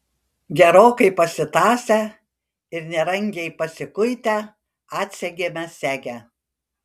gerokai pasitąsę ir nerangiai pasikuitę atsegėme segę